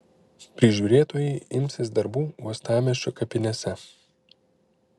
prižiūrėtojai imsis darbų uostamiesčio kapinėse